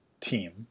team